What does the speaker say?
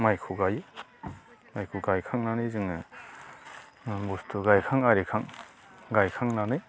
माइखौ गायो माइखौ गायखांनानै जोङो बुस्थु गायखां आरिखां गायखांनानै